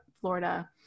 Florida